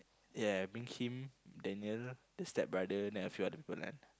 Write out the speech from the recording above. ya bring him Daniel the stepbrother then a few other people ah